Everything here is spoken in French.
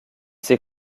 ces